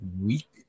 week